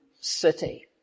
city